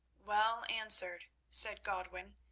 well answered, said godwin,